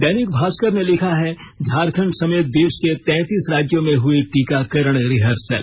दैनिक भास्कर ने लिखा है झारखंड समेत देश के तैतीस राज्यों में हुई टीकाकरण रिईसल